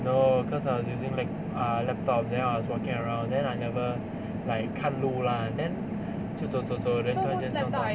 no cause I was using Mac uh laptop then I was walking around then I never like 看路啦 then 就走走走 then 突然间撞到